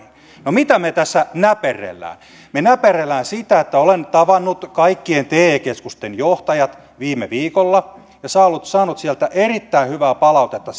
no mitä me tässä näpertelemme me näpertelemme sitä että olen tavannut kaikkien te keskusten johtajat viime viikolla ja saanut sieltä erittäin hyvää palautetta